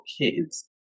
kids